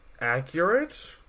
accurate